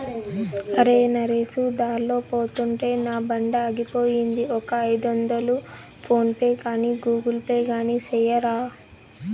అరే, నరేసు దార్లో పోతుంటే నా బండాగిపోయింది, ఒక ఐదొందలు ఫోన్ పే గాని గూగుల్ పే గాని సెయ్యరా